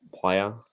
player